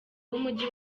w’umujyi